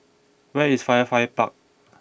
where is Firefly Park